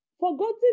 Forgotten